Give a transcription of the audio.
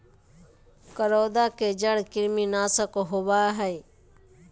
करौंदा के जड़ कृमिनाशक होबा हइ